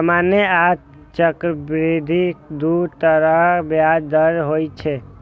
सामान्य आ चक्रवृद्धि दू तरहक ब्याज दर होइ छै